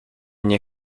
nie